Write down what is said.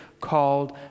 called